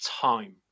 time